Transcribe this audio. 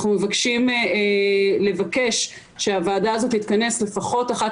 אנחנו מבקשים שהוועדה הזאת תתכנס לפחות אחת